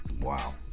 wow